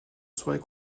soirée